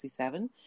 1967